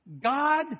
God